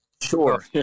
Sure